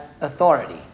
authority